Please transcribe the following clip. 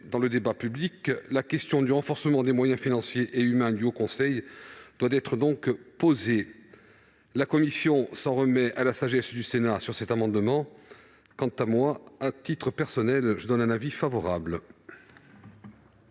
dans le débat public, la question du renforcement des moyens financiers et humains du Haut Conseil pour le climat doit donc être posée. La commission s'en remet à la sagesse du Sénat sur cet amendement ; quant à moi, à titre personnel, j'y suis favorable.